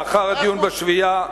לאחר הדיון בשביעייה,